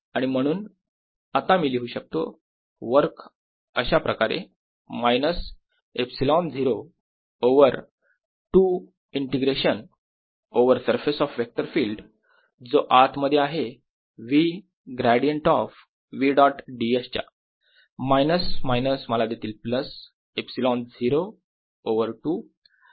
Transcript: आणि म्हणून आता मी लिहू शकतो वर्क अशाप्रकारे minus ε0 over 2 integration over surface of vector field जो आत मध्ये आहे V gradient of V dot ds च्या मायनस मायनस मला देतील प्लस ε0ओवर 2